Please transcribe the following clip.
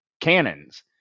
cannons